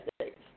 States